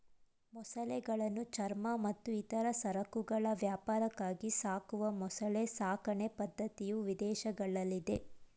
ಮೊಸಳೆಗಳನ್ನು ಚರ್ಮ ಮತ್ತು ಇತರ ಸರಕುಗಳ ವ್ಯಾಪಾರಕ್ಕಾಗಿ ಸಾಕುವ ಮೊಸಳೆ ಸಾಕಣೆ ಪದ್ಧತಿಯು ವಿದೇಶಗಳಲ್ಲಿದೆ